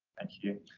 thank you.